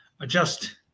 adjust